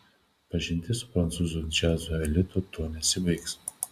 pažintis su prancūzų džiazo elitu tuo nesibaigs